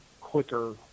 quicker